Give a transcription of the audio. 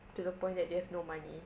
to the point that they have no money